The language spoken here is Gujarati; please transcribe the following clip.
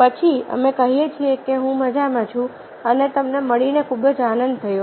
પછી અમે કહીએ છીએકે હું મજામાં છું અને તમને મળીને ખૂબ જ આનંદ થયો